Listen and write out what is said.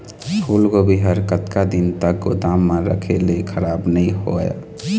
फूलगोभी हर कतका दिन तक गोदाम म रखे ले खराब नई होय?